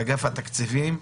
ואגף התקציבים,